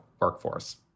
workforce